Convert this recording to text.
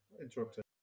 Interrupted